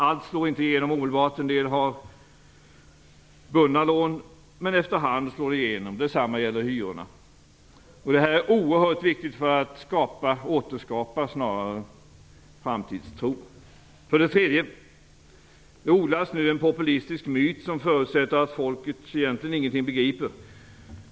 Allt slår inte igenom omedelbart, eftersom en del har bundna lån, men efter hand slår det igenom. Detsamma gäller hyrorna. Detta är oerhört viktigt för att återskapa framtidstron. För det tredje: Det odlas nu en populistisk myt som förutsätter att folket egentligen ingenting begriper.